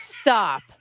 Stop